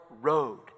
road